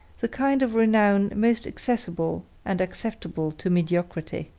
the kind of renown most accessible and acceptable to mediocrity.